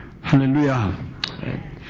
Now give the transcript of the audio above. Hallelujah